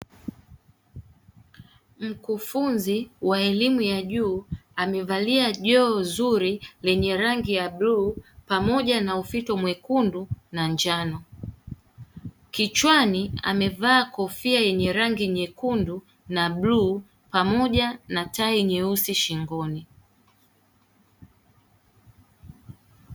Mkufunzi wa elimu ya juu amevalia joho zuri lenye rangi ya bluu pamoja na ufito mwekundu na njano. Kichwani amevaa kofia yenye rangi nyekundu na bluu pamoja na tai nyeusi shingoni.